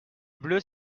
bleus